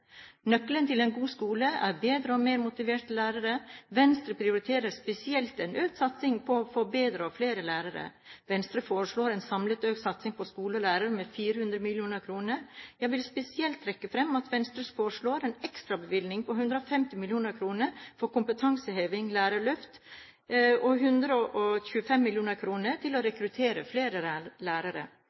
Nøkkelen til en god skole er bedre og mer motiverte lærere. Venstre prioriterer spesielt en økt satsing på å få bedre og flere lærere. Venstre foreslår en samlet økt satsing på skole og lærere med 400 mill. kr. Jeg vil spesielt trekke fram at Venstre foreslår en ekstrabevilgning på 150 mill. kr til kompetanseheving/lærerløft og 125 mill. kr til å rekruttere flere lærere.